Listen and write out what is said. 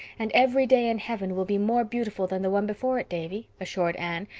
and every day in heaven will be more beautiful than the one before it, davy, assured anne,